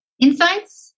insights